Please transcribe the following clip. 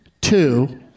Two